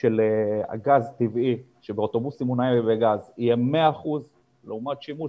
של גז טבעי באוטובוסים ממונעי גז יהיה 100% לעומת שימוש